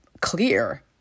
clear